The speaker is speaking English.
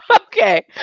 okay